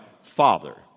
Father